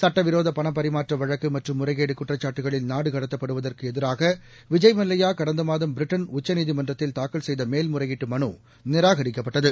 சட்டவிரோதபணப்பரிமாற்றவழக்குமற்றும் முறைகேடுகுற்றச்சாட்டுகளில் நாடுகடத்தப்படுவதற்குஎதிராகவிஜய் மல்லையாகடந்தமாதம் பிரிட்டன் உச்சநீதிமன்றத்தில் தாக்கல் செய்தமேல்முறையீட்டுமனுநிராகரிக்கப்பட்டது